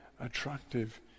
attractive